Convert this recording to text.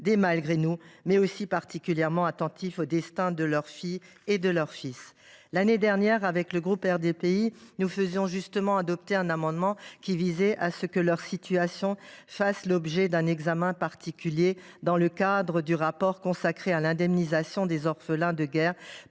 des malgré nous, mais aussi particulièrement attentif au destin de leurs filles et de leurs fils. L’année dernière, avec le groupe RDPI, j’avais justement fait adopter un amendement visant à ce que leur situation fasse l’objet d’un examen particulier dans le cadre du rapport consacré à l’indemnisation des orphelins de guerre